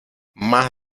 más